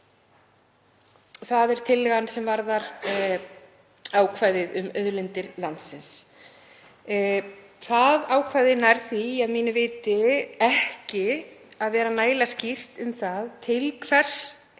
Það er tillagan sem varðar ákvæðið um auðlindir landsins. Það ákvæði nær því að mínu viti ekki að vera nægilega skýrt um það til hvers sé lagt